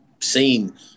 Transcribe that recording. seen